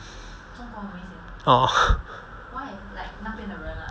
uh